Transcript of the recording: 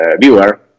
viewer